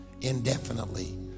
indefinitely